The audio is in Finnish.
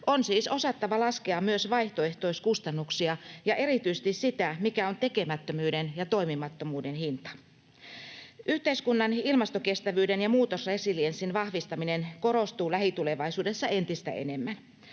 On siis osattava laskea myös vaihtoehtoiskustannuksia ja erityisesti sitä, mikä on tekemättömyyden ja toimimattomuuden hinta. Yhteiskunnan ilmastokestävyyden ja muutosresilienssin vahvistaminen korostuu lähitulevaisuudessa entistä enemmän.